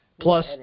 Plus